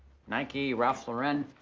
nike, ralph lauren.